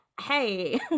hey